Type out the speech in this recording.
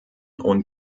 und